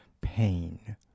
pain